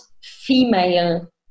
female